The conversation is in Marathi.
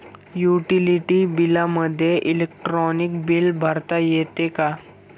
युटिलिटी बिलामध्ये इलेक्ट्रॉनिक बिल भरता येते का?